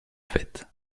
fête